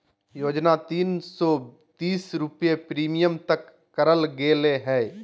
योजना तीन सो तीस रुपये प्रीमियम तय करल गेले हइ